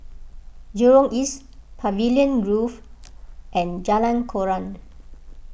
Jurong East Pavilion Grove and Jalan Koran